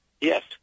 Yes